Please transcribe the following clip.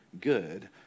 good